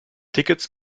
tickets